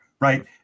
Right